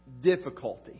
difficulty